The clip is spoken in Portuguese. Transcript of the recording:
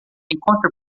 encontre